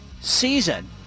season